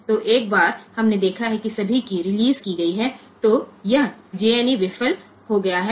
તો એકવાર આપણે જોયું કે બધી કી રીલીઝ થાય છે તો આ jne નિષ્ફળ ગયું છે